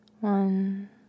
one